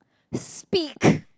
speak